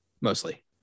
mostly